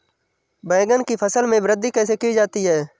बैंगन की फसल में वृद्धि कैसे की जाती है?